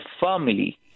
family